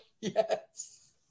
Yes